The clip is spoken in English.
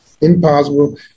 Impossible